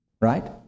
Right